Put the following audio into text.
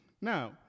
Now